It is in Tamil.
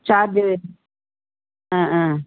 சார்ஜர் ஆ ஆ